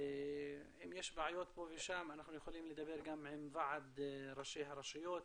אם יש בעיות פה ושם אנחנו יכולים לדבר גם ועד ראשי הרשויות.